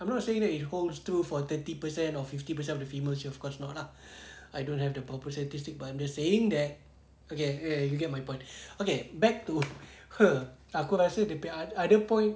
I'm not saying that it holds true for twenty percent or fifty percent of the female of course not lah I don't have the proper statistic but I'm just saying that okay okay you get my point okay back to her aku rasa dia punya other other point